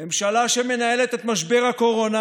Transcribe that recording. ממשלה שמנהלת את משבר הקורונה